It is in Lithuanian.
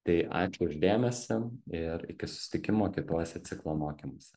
tai ačiū už dėmesį ir iki susitikimo kituose ciklo mokymuose